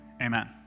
Amen